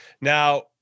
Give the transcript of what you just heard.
Now